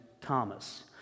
Thomas